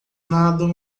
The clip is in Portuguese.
nadam